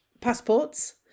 passports